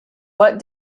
what